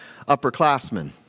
upperclassmen